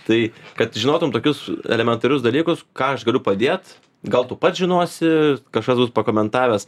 tai kad žinotum tokius elementarius dalykus ką aš galiu padėt gal tu pats žinosi kažkas bus pakomentavęs